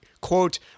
quote